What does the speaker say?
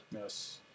yes